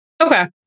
Okay